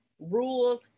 rules